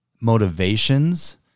motivations